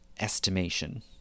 estimation